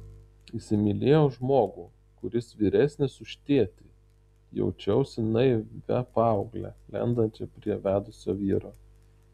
įsimylėjo žmogų kuris vyresnis už tėtį jaučiausi naivia paaugle lendančia prie vedusio vyro